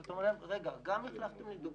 עכשיו, אתה אומר להם: רגע, גם החלפתם לי דוגמים,